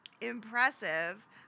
impressive